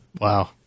Wow